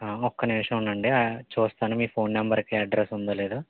ఒక్క నిమిషం ఉండండి చూస్తాను మీ ఫోన్ నంబరుకి అడ్రెస్సు ఉందో లేదో